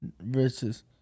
versus